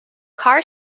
car